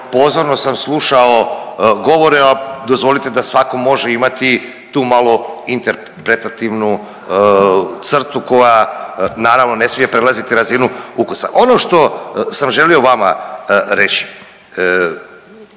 pozorno sam slušao govore, a dozvolite da svako može imati tu malo interpretativnu crtu koja naravno ne smije prelaziti razinu ukusa. Ono što sam želio vama reći